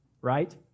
right